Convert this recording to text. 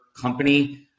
company